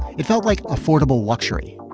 it felt like affordable luxury